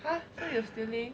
!huh! so you stealing